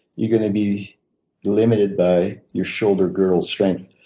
you're going to be limited by your shoulder girder strength.